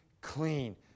clean